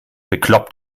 bekloppt